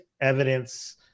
evidence